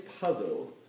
puzzle